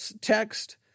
text